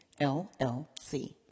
LLC